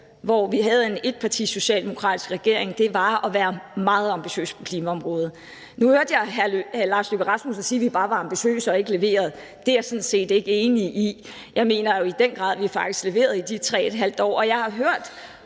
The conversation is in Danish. hvor vi havde en socialdemokratisk etpartiregering, var at være meget ambitiøse på klimaområdet. Nu hørte jeg hr. Lars Løkke Rasmussen sige, at vi bare var ambitiøse og ikke leverede. Det er jeg sådan set ikke enig i. Jeg mener jo, at vi i den grad faktisk leverede i de 3½ år, og jeg har flere